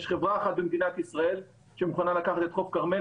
יש חברה אחת במדינת ישראל שמוכנה לקחת את חוף הכרמל